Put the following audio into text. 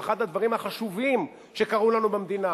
הוא אחד הדברים החשובים שקרו לנו במדינה.